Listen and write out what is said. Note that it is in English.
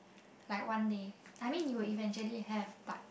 like one day I mean you will eventually have but